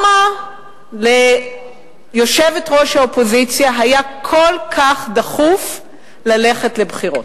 למה ליושבת-ראש האופוזיציה היה כל כך דחוף ללכת לבחירות,